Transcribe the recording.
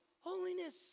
holiness